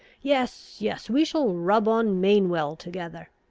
yes, yes, we shall rub on main well together.